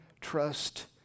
trust